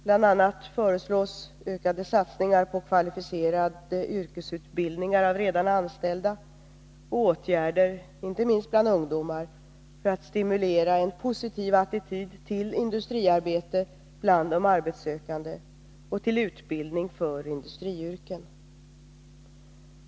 Bl.a. föreslås ökade satsningar på kvalificerade yrkesutbildningar av redan anställda och åtgärder, inte minst bland ungdomar, för att stimulera en positiv attityd till industriarbete bland de arbetssökande och till utbildning för industriyrken.